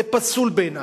זה פסול בעיני,